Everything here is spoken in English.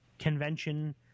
convention